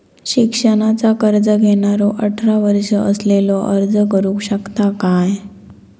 शिक्षणाचा कर्ज घेणारो अठरा वर्ष असलेलो अर्ज करू शकता काय?